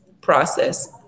process